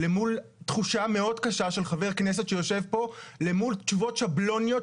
למול תחושה מאוד קשה של חבר כנסת שיושב פה למול תשובות שבלוניות,